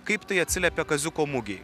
kaip tai atsiliepia kaziuko mugei